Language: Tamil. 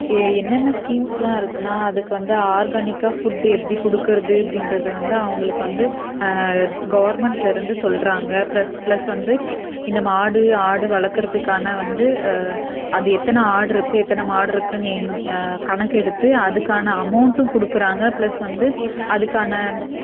என்னென்ன ஸ்கீம்ஸ்யெலாம் இருக்குதுன்னா அதுக்கு வந்து ஆர்கானிக்காக ஃபுட்டு எப்படி கொடுக்கறது எப்படின்றது வந்து அவங்களுக்கு வந்து கவர்மெண்ட்லேருந்து சொல்கிறாங்க பிளஸ் பிளஸ் வந்து இந்த மாடு ஆடு வளர்க்கறதுக்கான வந்து அது எத்தனை ஆடு இருக்குது எத்தனை மாடு இருக்குதுன்னு எண் கணக்கெடுத்து அதுக்கான அமௌன்ட்டும் கொடுக்குறாங்க பிளஸ் வந்து அதுக்கான